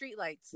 streetlights